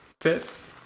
fits